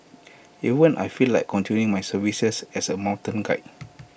even I feel like continuing my services as A mountain guide